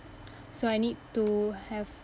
so I need to have